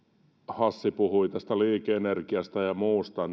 hassi puhui tästä liike energiasta ja muusta